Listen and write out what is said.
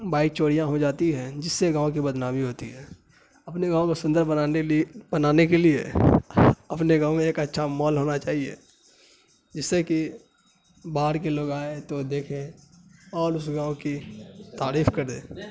bike چوریاں ہو جاتی ہیں جس سے گاؤں کی بدنامی ہوتی ہے اپنے گاؤں کو سندر بنانے بنانے کے لیے اپنے گاؤں میں ایک اچھا مال ہونا چاہیے جس سے کہ باہر کے لوگ آئیں تو دیکھیں اور اس گاؤں کی تعریف کریں